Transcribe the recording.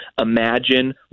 imagine